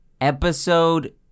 Episode